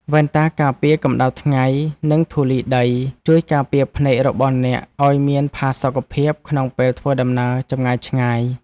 វ៉ែនតាការពារកម្ដៅថ្ងៃ និងធូលីដី ជួយការពារភ្នែករបស់អ្នកឱ្យមានផាសុកភាពក្នុងពេលធ្វើដំណើរចម្ងាយឆ្ងាយ។